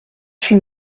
huit